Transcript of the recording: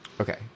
Okay